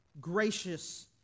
gracious